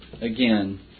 again